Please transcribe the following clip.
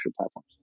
platforms